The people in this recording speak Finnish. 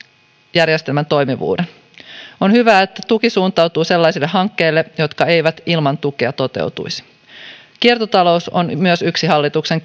järjestelmän toimivuuden on hyvä että tuki suuntautuu sellaisille hankkeille jotka eivät ilman tukea toteutuisi kiertotalous on myös yksi hallituksen